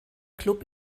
klub